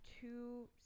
two